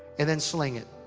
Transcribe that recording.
and then sling it.